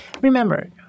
Remember